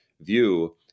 view